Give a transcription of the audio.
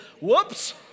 Whoops